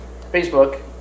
Facebook